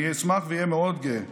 אני אשמח ואהיה גאה מאוד.